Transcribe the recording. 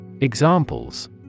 Examples